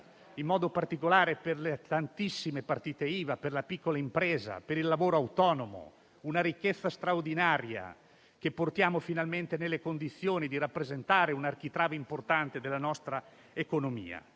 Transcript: in modo particolare per le tantissime partite IVA, per la piccola impresa, per il lavoro autonomo: una richiesta straordinaria che portiamo finalmente nelle condizioni di rappresentare un architrave importante della nostra economia.